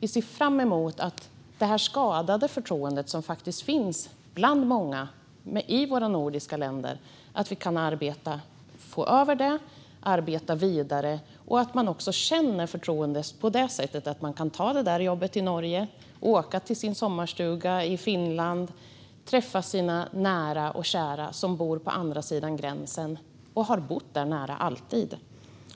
Vi ser fram emot att kunna komma över det skadade förtroende som faktiskt finns bland många i de nordiska länderna och arbeta vidare så att man känner förtroende på så sätt att man kan ta det där jobbet i Norge, åka till sin sommarstuga i Finland eller träffa sina nära och kära som bor på andra sidan gränsen och som alltid har bott nära